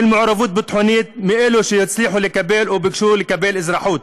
מעורבות ביטחונית מאלו שהצליחו לקבל או ביקשו לקבל אזרחות.